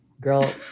girl